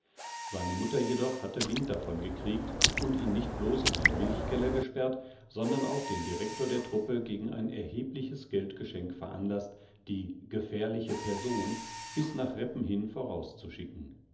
seine mutter jedoch hatte wind davon gekriegt und ihn nicht blos in den milchkeller gesperrt sondern auch den direktor der truppe gegen ein erhebliches geldgeschenk veranlaßt die gefährliche person bis nach reppen hin